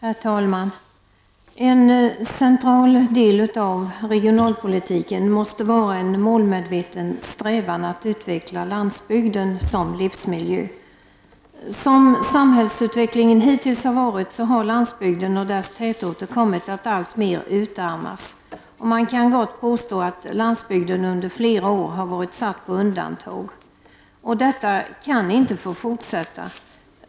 Herr talman! En central del av regionalpolitiken måste vara en målmedveten strävan att utveckla landsbygden som livsmiljö. Som samhällsutvecklingen hitills har varit, har landsbygden och dess tätorter kommit att alltmer utarmas. Man kan gott påstå att landsbygden flera år har varit satt på undantag. Detta kan inte få fortsätta.